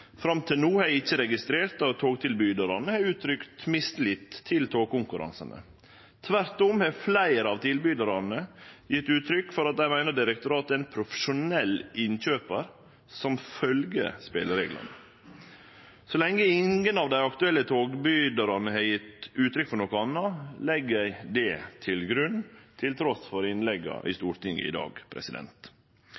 Fram til no har eg ikkje registrert at togtilbydarane har uttrykt mistillit til togkonkurransane. Tvert om har fleire av tilbydarane gjeve uttrykk for at dei meiner direktoratet er ein profesjonell innkjøpar som følgjer spelereglane. Så lenge ingen av dei aktuelle togtilbydarane har gjeve uttrykk for noko anna, legg eg det til grunn, til tross for innlegga i